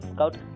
Scout